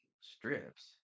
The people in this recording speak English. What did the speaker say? strips